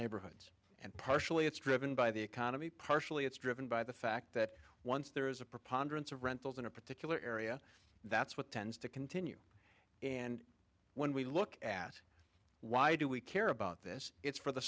neighborhoods and partially it's driven by the economy partially it's driven by the fact that once there is a preponderance of rentals in a particular area that's what tends to continue and when we look at why do we care about this it's for the